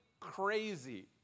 crazy